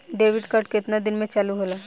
Debit card केतना दिन में चालु होला?